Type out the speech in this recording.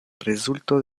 rezulto